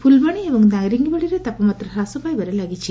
ଫ୍ରଲବାଣୀ ଏବଂ ଦାରିଙ୍ଗିବାଡ଼ିରେ ତାପମାତ୍ରା ହ୍ରାସ ପାଇବାରେ ଲାଗିଛି